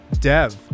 Dev